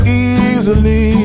easily